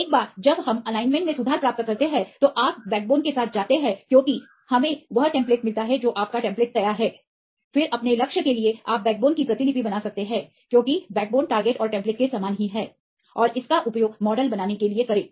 एक बार जब हम एलाइनमेंट सुधार प्राप्त करते हैं तो आप बैकबोन पीढ़ी के साथ जाते हैं क्योंकि हमें वह टेम्पलेट मिलता है जो आपका टेम्पलेट तैयार है फिर अपने लक्ष्य के लिए आप बैकबोन की प्रतिलिपि बना सकते हैं क्योंकि बैकबोन टारगेट और टेम्प्लेट के समान ही है और इसका उपयोग मॉडल बनाने के लिए करें